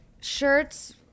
shirts